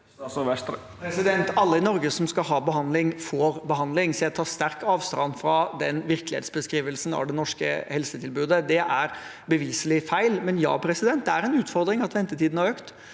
Alle i Nor- ge som skal ha behandling, får behandling, så jeg tar sterkt avstand fra den virkelighetsbeskrivelsen av det norske helsetilbudet. Det er beviselig feil. Likevel: Ja, det er en utfordring at ventetidene har økt.